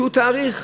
תאריך